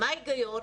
מה ההיגיון?